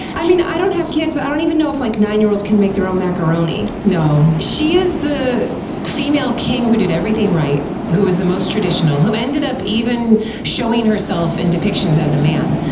i mean, i don't have kids, but i don't even know if, like, nine year olds can make their own macaroni. no. she is the female king who did everything right, who is the most traditional, who ended up even showing herself in depictions as a man,